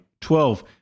Twelve